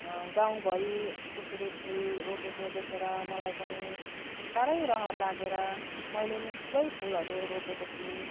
गाउँभरि त्यसरी फुल रोपेको देखेर मलाई पनि साह्रै रहर लागेर मैले पनि थुप्रै फुलहरू रोपेको छु